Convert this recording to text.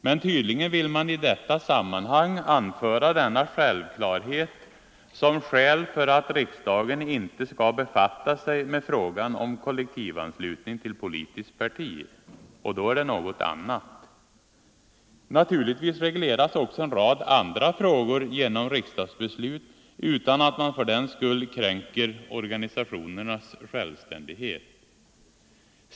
Men tydligen vill man i detta sammanhang anföra denna självklarhet som skäl för att riksdagen inte skall befatta sig med frågan om kollektivanslutning till politiskt parti. Och då är det något annat. Naturligtvis regleras också en rad andra frågor genom riksdagsbeslut utan att man fördenskull kränker organisationernas självständighet.